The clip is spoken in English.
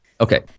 Okay